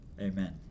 Amen